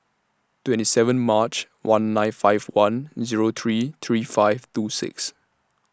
twenty seven March one nine five one Zero three three five two six